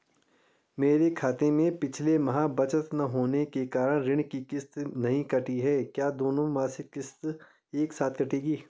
मेरे खाते में पिछले माह बचत न होने के कारण ऋण की किश्त नहीं कटी है क्या दोनों महीने की किश्त एक साथ कटेगी?